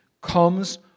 comes